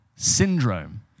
Syndrome